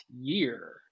year